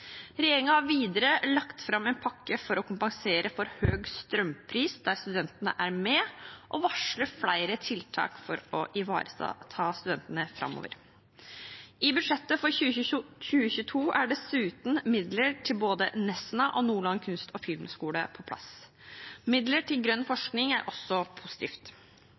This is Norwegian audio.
har videre lagt fram en pakke for å kompensere for høy strømpris, der studentene er med, og varsler flere tiltak for å ivareta studentene framover. I budsjettet for 2022 er dessuten midler til både Nesna og Nordland kunst- og filmhøgskole på plass. Midler til grønn forskning er også positivt.